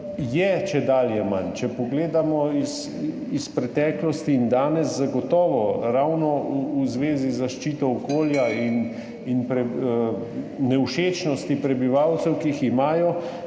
je čedalje manj. Če pogledamo v preteklost in danes zagotovo ravno v zvezi z zaščito okolja in nevšečnostmi prebivalcev, ki jih imajo,